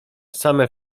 same